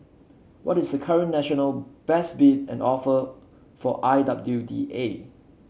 what is the current national best bid and offer for I W D A